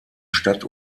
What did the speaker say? stadt